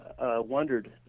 wondered